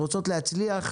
רוצות להצליח,